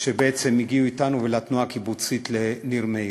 שבעצם הגיע אתנו, ולתנועה הקיבוצית, לניר מאיר,